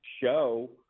show